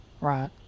Right